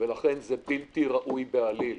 לכן זה בלתי ראוי בעליל.